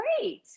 great